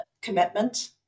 commitment